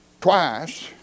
twice